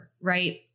right